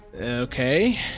Okay